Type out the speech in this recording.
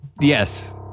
yes